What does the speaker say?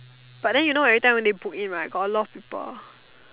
but then you know every time when they book in right got a lot of people